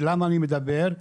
למה אני מדבר?